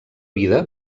vida